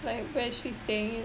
like where is she staying